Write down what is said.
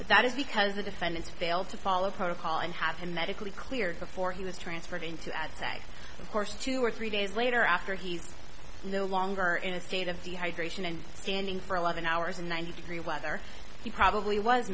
but that is because the defendants failed to follow protocol and have him medically cleared before he was transferred into at of course two or three days later after he's no longer in a state of dehydration and standing for eleven hours in ninety degree weather he probably was